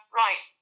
right